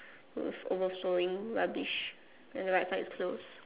with overflowing rubbish then the right side is closed